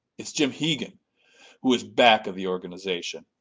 it's jim hegan who is back of the organization.